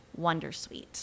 Wondersuite